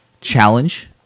challenge